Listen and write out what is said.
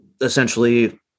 essentially